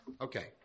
Okay